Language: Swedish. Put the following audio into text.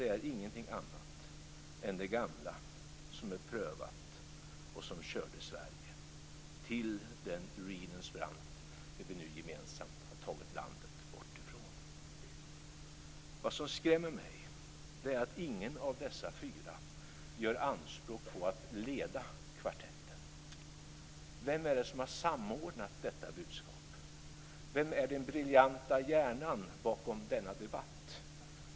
Det är ingenting annat än det gamla som redan är prövat och som körde Sverige till den ruinens som vi nu gemensamt har tagit landet bort ifrån. Vad som skrämmer mig är att ingen av dessa fyra gör anspråk på att leda kvartetten. Vem är det som har samordnat detta budskap? Vem är den briljanta hjärnan bakom denna debatt?